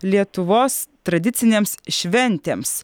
lietuvos tradicinėms šventėms